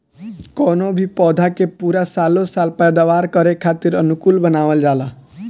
कवनो भी पौधा के पूरा सालो साल पैदावार करे खातीर अनुकूल बनावल जाला